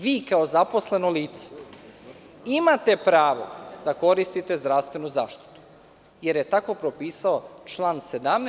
Vi kao zaposleno lice imate pravo da koristite zdravstvenu zaštitu jer je tako propisao član 17.